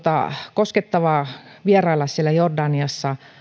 koskettavaa vierailla jordaniassa